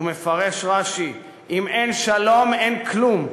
ומפרש רש"י: אם אין שלום אין כלום,